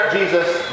Jesus